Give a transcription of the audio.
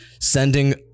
sending